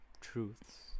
truths